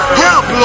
help